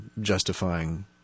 justifying